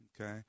okay